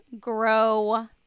grow